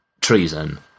treason